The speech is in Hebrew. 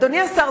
אדוני השר,